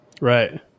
Right